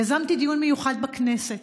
יזמתי דיון מיוחד בכנסת